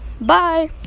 Bye